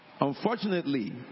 Unfortunately